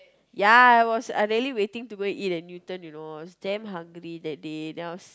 ya I was I really waiting to go and eat at Newton you know I was damn hungry that day then I was